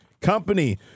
company